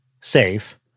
safe